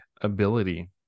ability